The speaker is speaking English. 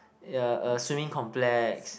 ya uh swimming complex